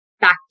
back